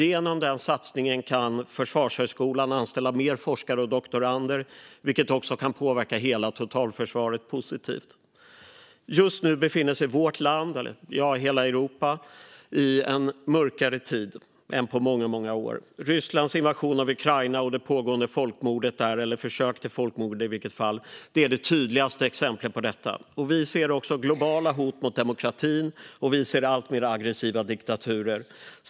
Genom den satsningen kan Försvarshögskolan anställa fler forskare och doktorander, vilket också kan påverka hela totalförsvaret positivt. Vårt land - ja, hela Europa - befinner sig just nu i en mörkare tid än på många år. Rysslands invasion av Ukraina och det pågående folkmordet - eller försöket till folkmord - är det tydligaste exemplet på detta. Vi ser också globala hot mot demokratin, och vi ser alltmer aggressiva diktaturer.